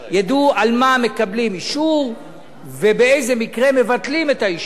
ידעו על מה מקבלים אישור ובאיזה מקרה מבטלים את האישור.